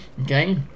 okay